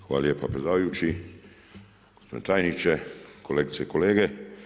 Hvala lijepa predsjedavajući, gospodine tajniče, kolegice i kolege.